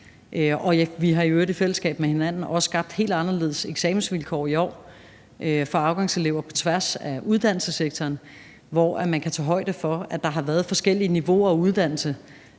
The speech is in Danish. vi har, i øvrigt i fællesskab med hinanden, også skabt helt anderledes eksamensvilkår i år for afgangselever på tværs af uddannelsessektoren, hvor man kan tage højde for, at der har været forskellige niveauer af uddannelse,